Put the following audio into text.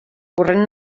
corrent